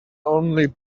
only